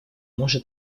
можно